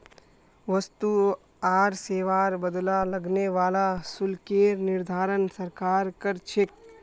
वस्तु आर सेवार बदला लगने वाला शुल्केर निर्धारण सरकार कर छेक